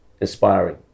inspiring